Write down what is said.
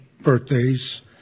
birthdays